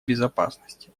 безопасности